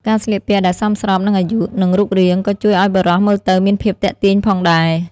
ការស្លៀកពាក់ដែលសមស្របនឹងអាយុ និងរូបរាង ក៏ជួយឲ្យបុរសមើលទៅមានភាពទាក់ទាញផងដែរ។